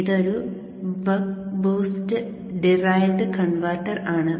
ഇത് ഒരു buck boost derived converter ആണ്